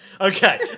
Okay